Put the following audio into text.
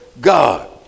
God